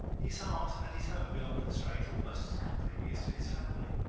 his heart and his home belong to the stranger almost as completely as to his family,